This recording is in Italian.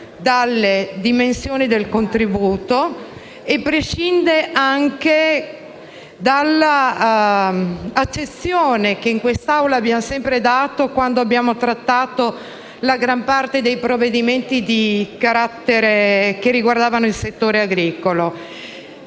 dalle dimensioni del contributo e anche dall'accezione che in quest'Aula abbiamo sempre dato a questo tema quando abbiamo trattato la gran parte dei provvedimenti che riguardavano il settore agricolo.